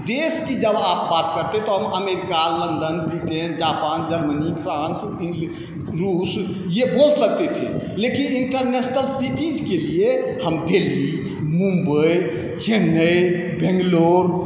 देश की जब आप बात करते तब हम America London Britain Japan Germany France रूस ये बोल सकते थे लेकिन इण्टरनेशनल सिटीज के लिए हम दिल्ली मुम्बइ चेन्नइ बेँगलोर